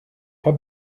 pas